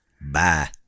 Bye